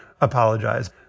apologize